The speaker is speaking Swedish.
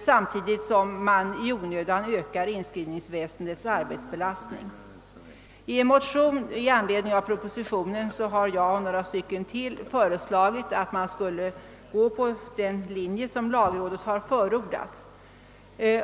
samtidigt som man i onödan ökar arbetsbelastningen vid inskrivningsväsendet. I en motion i anledning av propositionen har jag och några andra ledamöter föreslagit, att man skulle följa den av lagrådet anvisade vägen.